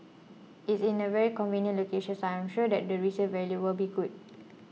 it's in a very convenient location so I'm sure the resale value will be good